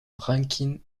rankin